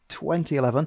2011